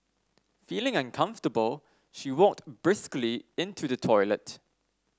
feeling uncomfortable she walked briskly into the toilet